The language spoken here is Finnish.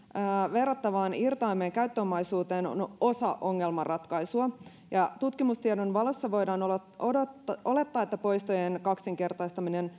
verrattavaan irtaimeen käyttöomaisuuteen ovat osa ongelman ratkaisua ja tutkimustiedon valossa voidaan olettaa että poistojen kaksinkertaistaminen